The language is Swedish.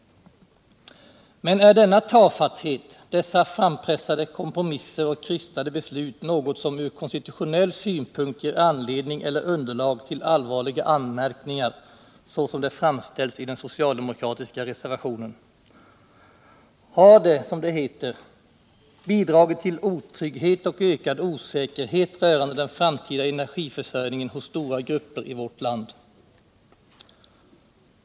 Men är denna tafatthet, dessa frampressade kompromisser och krystade beslut, något som från konstitutionell synpunkt ger anledning till eller underlag för allvarliga anmärkningar, så som det framställs i den socialdemokratiska reservationen? Har de, som det heter, ”bidragit till otrygghet och ökad osäkerhet rörande den framtida energiförsörjningen hos stora grupper i vårt land”?